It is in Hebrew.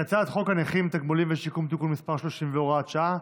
חוק הנכים (תגמולים ושיקום) (תיקון מס' 30 והוראת שעה),